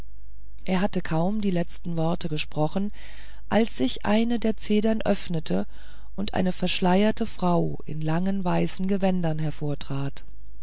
er hatte kaum die letzten worte gesprochen als sich eine der zedern öffnete und eine verschleierte frau in langen weißen gewändern hervortrat